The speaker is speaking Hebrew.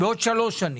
עוד שלוש שנים.